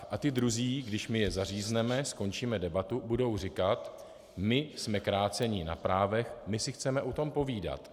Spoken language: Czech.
A ti druzí, když my je zařízneme, skončíme debatu, budou říkat my jsme kráceni na právech, my si chceme o tom povídat.